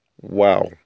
Wow